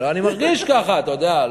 אני מרגיש ככה, אתה יודע.